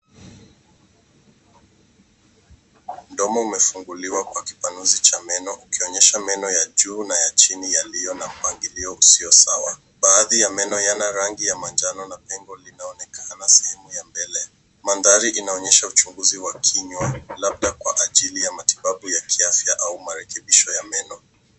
Mdomo umefunguliwa kwa kipanuzi cha meno ukionyesha meno ya juu na ya chini yaliyo na mpangilio usio sawa. Baadhi ya meno yana rangi ya manjano na pengo linaonekana sehemu ya mbele. Mandhari inaonyesha uchunguzi wa kinywa labda kwa ajili ya matibabu ya kiafya au marekebisho ya meno.